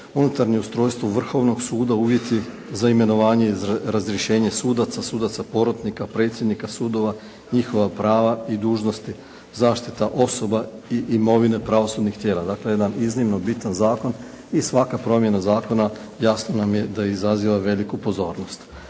unutarnje ustrojstvo Vrhovnog suda, uvjeti za imenovanje i razrješenje sudaca, sudaca porotnika, predsjednika sudova, njihova prava i dužnosti, zaštita osoba i imovine pravosudnih tijela. Dakle jedan iznimno bitan zakon i svaka promjena zakona jasno nam je da izaziva veliku pozornost.